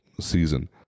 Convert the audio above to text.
season